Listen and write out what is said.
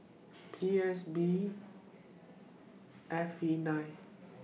P S B F V nine